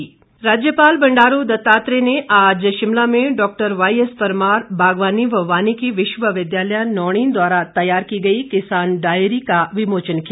राज्यपाल राज्यपाल बंडारू दत्तात्रेय ने आज शिमला में डॉक्टर वाईएस परमार बागवानी व वानिकी विश्वविद्यालय नौणी द्वारा तैयार की गई किसान डायरी का विमोचन किया